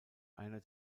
einer